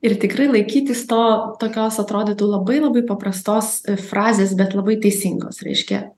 ir tikrai laikytis to tokios atrodytų labai labai paprastos frazės bet labai teisingos reiškia